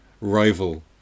rival